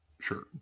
Sure